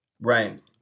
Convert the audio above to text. Right